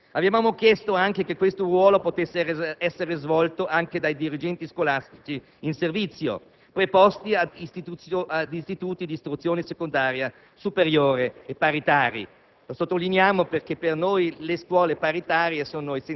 Riguardo ai presidenti delle commissioni d'esame, avevamo chiesto che questo ruolo potesse essere svolto anche dai dirigenti scolastici in servizio preposti ad istituti di istruzione secondaria superiore paritari.